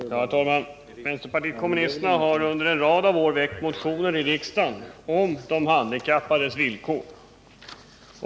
Herr talman! Vänsterpartiet kommunisterna har under en rad av år väckt motioner i riksdagen om de handikappades villkor.